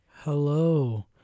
Hello